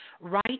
Right